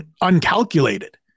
uncalculated